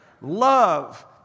Love